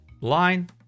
line